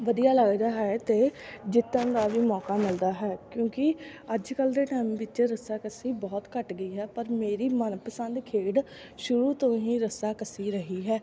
ਵਧੀਆ ਲੱਗਦਾ ਹੈ ਅਤੇ ਜਿੱਤਣ ਦਾ ਵੀ ਮੌਕਾ ਮਿਲਦਾ ਹੈ ਕਿਉਂਕਿ ਅੱਜ ਕੱਲ੍ਹ ਦੇ ਟਾਈਮ ਵਿੱਚ ਰੱਸਾਕੱਸੀ ਬਹੁਤ ਘੱਟ ਗਈ ਹੈ ਪਰ ਮੇਰੀ ਮਨਪਸੰਦ ਖੇਡ ਸ਼ੁਰੂ ਤੋਂ ਹੀ ਰੱਸਾਕੱਸੀ ਰਹੀ ਹੈ